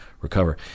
recover